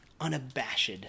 unabashed